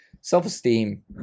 self-esteem